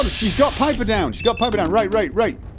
she's got piper down, she's got piper down right, right, right